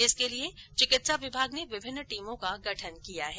इसके लिये चिकित्सा विभाग ने विभिन्न टीमों का गठन किया है